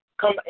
come